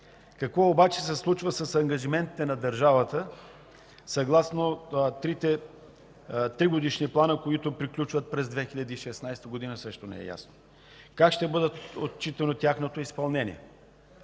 Какво обаче се случва с ангажиментите на държавата съгласно трите тригодишни плана, които приключват през 2016 г., също не е ясно. Как ще бъде отчитано тяхното изпълнение?